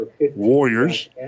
Warriors